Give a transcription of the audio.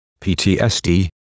PTSD